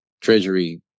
treasury